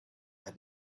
that